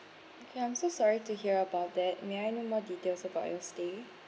ya I'm so sorry to hear about that may I know more details about your stay